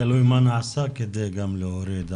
תלוי מה נעשה כדי להוריד.